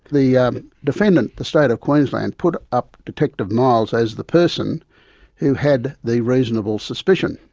the yeah defendant, the state of queensland, put up detective miles as the person who had the reasonable suspicion.